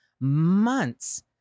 months